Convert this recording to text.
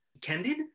candid